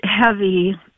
heavy